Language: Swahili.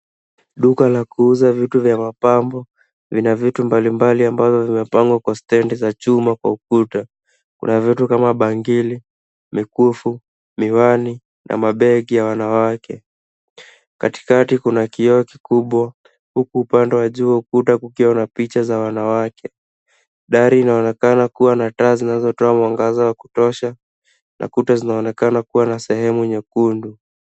Duka la kuuza vitu vya mapambo lina vitu mbalimbali ambavyo vimepangwa kwa stendi za chuma kwa ukuta. Kuna vitu kama bangili, mikufu, miwani na mabegi ya wanawake. Katikati kuna kioo kikubwa huku upande wa juu kukiwa na picha za wanawake. Dari inaonekana kuwa na taa zinazotoa mwangaza wa kutosha na kuta zinaonekana kuwa na sehemu nyekundu.